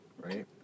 right